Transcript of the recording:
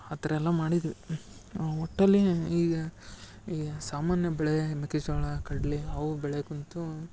ಆ ಥರ ಎಲ್ಲ ಮಾಡಿದ್ವಿ ಒಟ್ನಲ್ಲಿ ಈಗ ಈಗ ಸಾಮಾನ್ಯ ಬೆಳೆ ಮೆಕ್ಕೆಜೋಳ ಕಡ್ಲೆ ಅವು ಬೆಳೆಗಂತೂ